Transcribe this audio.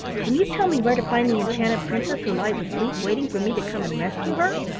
can you tell me where to find the enchanted princess who lies asleep waiting for me to come and rescue her?